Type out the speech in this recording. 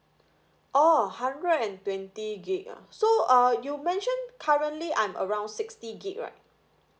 orh hundred and twenty gig ah so uh you mention currently I'm around sixty gig right